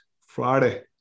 Friday